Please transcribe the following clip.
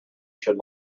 should